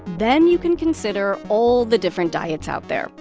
then you can consider all the different diets out there.